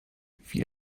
wie